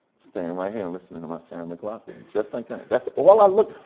staying right here and listening to my sarah mclachlan. just like that. that's all i look.